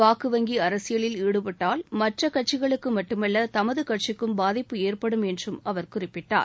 வாக்கு வங்கி அரசியலில் ஈடுபட்டால் மற்ற கட்சிகளுக்கு மட்டுமல்ல தமது கட்சிக்கும் பாதிப்பு ஏற்படும் என்றும் அவர் குறிப்பிட்டார்